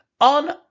On